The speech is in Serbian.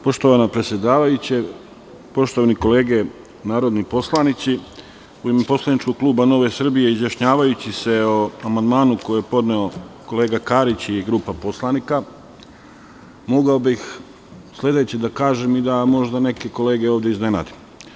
Poštovana predsedavajuća, poštovane kolege narodni poslanici, u ime poslaničkog kluba NS izjašnjavajući se o amandmanu koji je podneo kolega Karić i grupa poslanika, mogao bih sledeće da kažem i da možda neke kolege ovde iznenadim.